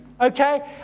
okay